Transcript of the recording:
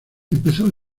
empezó